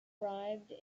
arrived